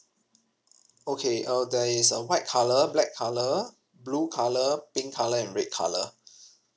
okay uh there is uh white colour black colour blue colour pink colour and red colour